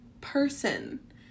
Person